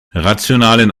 rationalen